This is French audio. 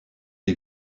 des